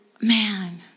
man